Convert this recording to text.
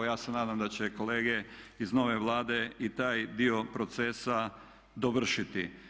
Ja se nadam da će kolege iz nove Vlade i taj dio procesa dovršiti.